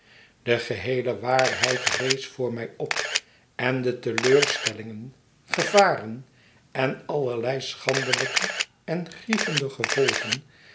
de geheele waarheid rees voor mij op en de teleurstellingen gevaren en allerlei schandelijke en grievende gevolgen